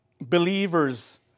Believers